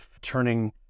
turning